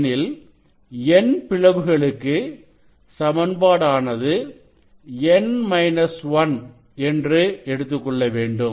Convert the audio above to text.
எனில் N பிளவுகளுக்கு சமன்பாடு ஆனது n 1 என்று எடுத்துக்கொள்ள வேண்டும்